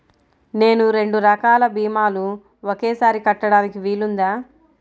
నేను రెండు రకాల భీమాలు ఒకేసారి కట్టడానికి వీలుందా?